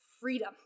freedom